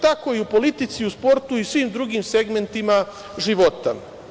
Tako i u politici i u sportu i svim drugim segmentima života.